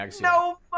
No